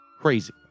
crazy